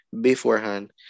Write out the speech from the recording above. beforehand